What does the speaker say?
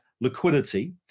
liquidity